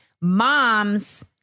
moms